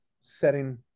setting